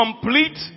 complete